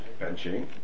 Benching